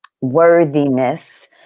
worthiness